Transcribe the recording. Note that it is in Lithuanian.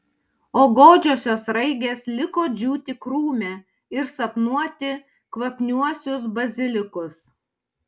o godžiosios sraigės liko džiūti krūme ir sapnuoti kvapniuosius bazilikus